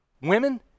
Women